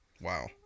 Wow